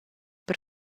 per